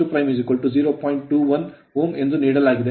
21 Ω ಎಂದು ನೀಡಲಾಗಿದೆ